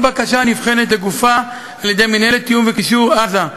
כל בקשה נבחנת לגופה על-ידי מינהלת תיאום וקישור עזה,